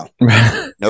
no